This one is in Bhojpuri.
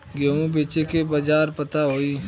गेहूँ बेचे के बाजार पता होई?